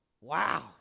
Wow